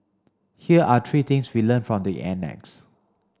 here are three things we learnt from the annex